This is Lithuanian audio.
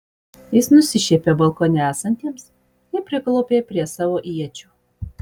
jis nusišiepė balkone esantiems ir priklaupė prie savo iečių